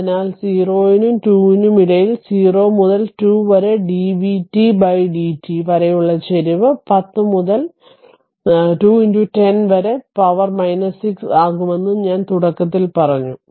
അതിനാൽ 0 നും 2 നും ഇടയിൽ 0 മുതൽ 2 വരെ dvtdt വരെയുള്ള ചരിവ് 10 മുതൽ 2 10 വരെ പവർ 6 ആകുമെന്ന് ഞാൻ തുടക്കത്തിൽ പറഞ്ഞു